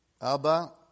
Abba